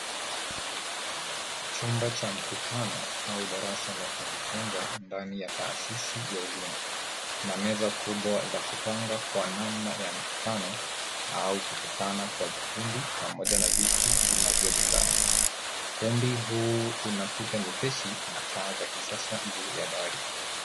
Chumba cha mkutano au darasa la kujifunza ndani ya taasisi ya elimu. Kuna meza kubwa za kupanga kwa namna ya mkutano au kukutana kwa vikundi pamoja na viti vinavyolingana. Ukumbi huu una kuta nyepesi na taa za kisasa juu ya dari.